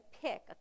pick